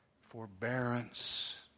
forbearance